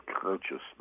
consciousness